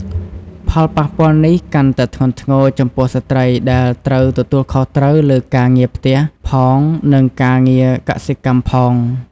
ផលប៉ះពាល់នេះកាន់តែធ្ងន់ធ្ងរចំពោះស្ត្រីដែលត្រូវទទួលខុសត្រូវលើការងារផ្ទះផង និងការងារកសិកម្មផង។